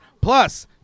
plus